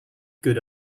good